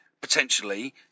potentially